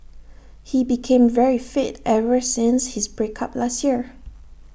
he became very fit ever since his break up last year